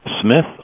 Smith